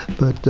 but